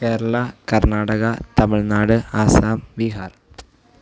Keralam Karnataka Tamil Nadu Assam Bihar